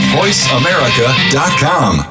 voiceamerica.com